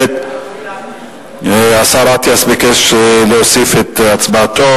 השר אטיאס ביקש להוסיף את הצבעתו.